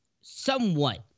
somewhat